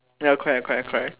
ya correct correct correct